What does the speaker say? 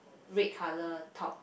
red color top